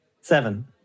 Seven